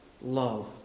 love